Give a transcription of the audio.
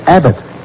Abbott